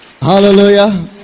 Hallelujah